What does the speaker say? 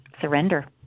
surrender